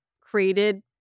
created